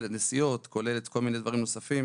כוללת נסיעות, כוללת כל מיני דברים נוספים.